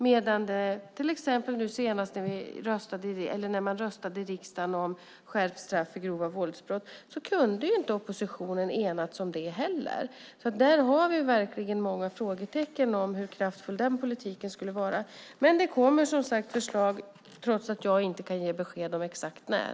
Men nu senast när man röstade i riksdagen om skärpt straff för grova våldsbrott kunde inte oppositionen enas om det heller. Där finns det verkligen många frågetecken om hur kraftfull den politiken skulle vara. Det kommer som sagt förslag, trots att jag inte kan ge besked om exakt när.